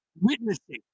Witnessing